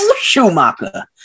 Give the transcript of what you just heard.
Schumacher